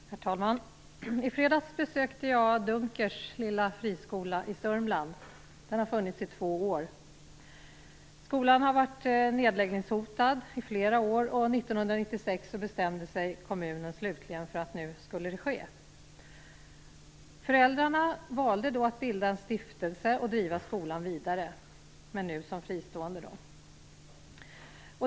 Herr talman! I fredags besökte jag Dunkers lilla friskola i Södermanland. Den har funnits i två år. Skolan har varit nedläggningshotad i flera år, och 1996 bestämde sig kommunen slutligen för att det skulle ske. Föräldrarna valde då att bilda en stiftelse och driva skolan vidare, men nu som fristående.